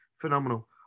phenomenal